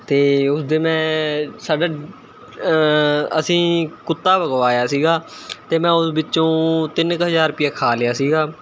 ਅਤੇ ਉਸਦੇ ਮੈਂ ਸਾਡਾ ਅਸੀਂ ਕੁੱਤਾ ਵਿਕਵਾਇਆ ਸੀਗਾ ਅਤੇ ਮੈਂ ਉਹ ਵਿੱਚੋਂ ਤਿੰਨ ਕੁ ਹਜ਼ਾਰ ਰੁਪਇਆ ਖਾ ਲਿਆ ਸੀਗਾ